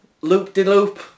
loop-de-loop